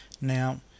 Now